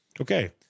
okay